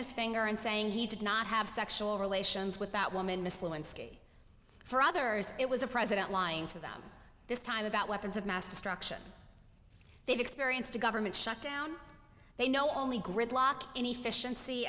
his finger and saying he did not have sexual relations with that woman miss lewinsky for others it was a president lying to them this time about weapons of mass destruction they've experienced a government shutdown they know only gridlock in a fish and se